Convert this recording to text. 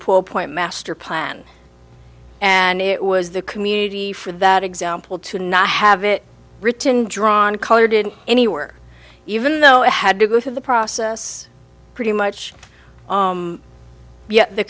poor point master plan and it was the community for that example to not have it written drawn colored in anywhere even though it had to go through the process pretty much yet the